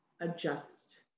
adjust